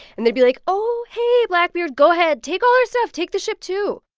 and they'd be like, oh, hey, blackbeard, go ahead, take all our stuff. take the ship, too.